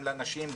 גם לנשים,